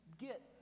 get